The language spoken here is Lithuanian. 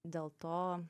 dėl to